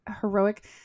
heroic